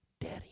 Daddy